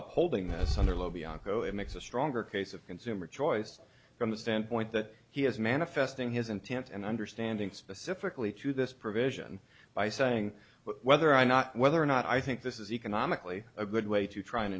up holding this under low bianco it makes a stronger case of consumer choice from the standpoint that he is manifesting his intent and understanding specifically to this provision by saying whether i'm not whether or not i think this is economically a good way to try and